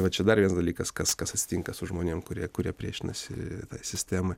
va čia dar vienas dalykas kas kas atsitinka su žmonėm kurie kurie priešinasi sistemai